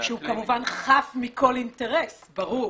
שהוא כמובן חף מכל אינטרס, ברור.